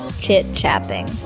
chit-chatting